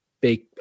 big